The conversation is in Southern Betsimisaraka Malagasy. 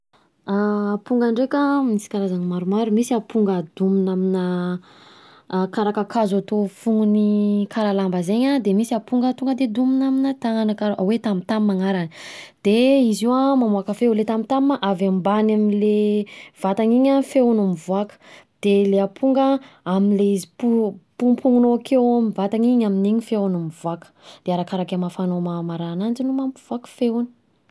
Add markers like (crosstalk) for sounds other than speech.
Amponga ndreka misy karazany maromaro, misy amponga domina aminà (hesitation) karaha kakazo atao fognony kar lamba zegny an de misy aponga tonga de domina amin'ny tanana karaha hoe: tamtam agnarany de izy io an mamoaka feo le tamtam a avy ambany amle vatany iny feony no mivoaka de le aponga amle izy po pomponao akeo amin'ny vatany iny amin'ny feony mivoaka, de arakaraka hamafianao maraha ananjy no mampivoaka feony.